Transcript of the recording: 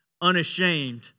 unashamed